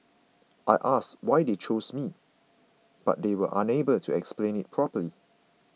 I asked why they chose me but they were unable to explain it properly